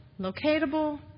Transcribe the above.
locatable